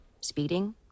Speeding